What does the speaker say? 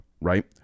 right